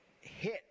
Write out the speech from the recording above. hit